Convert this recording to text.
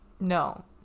No